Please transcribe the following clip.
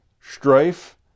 strife